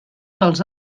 pels